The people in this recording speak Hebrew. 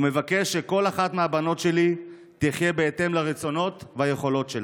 ומבקש שכל אחת מהבנות שלי תחיה בהתאם לרצונות וליכולות שלה.